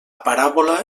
paràbola